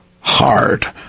hard